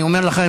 אני אומר לך,